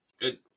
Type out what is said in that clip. Good